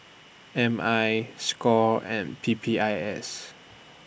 M I SCORE and P P I S